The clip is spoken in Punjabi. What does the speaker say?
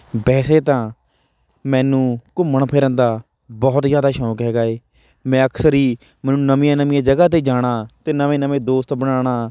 ਵੈਸੇ ਤਾਂ ਮੈਨੂੰ ਘੁੰਮਣ ਫਿਰਨ ਦਾ ਬਹੁਤ ਜ਼ਿਆਦਾ ਸ਼ੌਕ ਹੈਗਾ ਹੈ ਮੈਂ ਅਕਸਰ ਹੀ ਮੈਨੂੰ ਨਵੀਆਂ ਨਵੀਆਂ ਜਗ੍ਹਾ 'ਤੇ ਜਾਣਾ ਅਤੇ ਨਵੇਂ ਨਵੇਂ ਦੋਸਤ ਬਣਾਉਣਾ